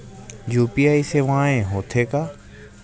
UPI सेवाएं हो थे का?